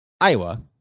Iowa